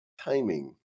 timing